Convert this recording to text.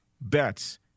bets